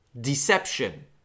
deception